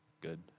good